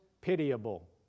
pitiable